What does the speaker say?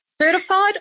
certified